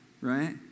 Right